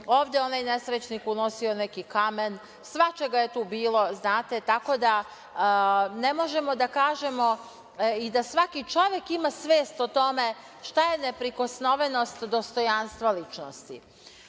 Ovde, onaj nesrećnik unosio je neki kamen, svačega je tu bilo, tako da ne možemo da kažemo i da svaki čovek ima svest o tome šta je neprikosnovenost dostojanstva ličnosti. Ali,